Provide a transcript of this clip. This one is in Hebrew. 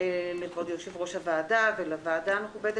לכבוד יושב-ראש הוועדה ולוועדה המכובדת